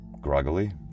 Groggily